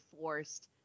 forced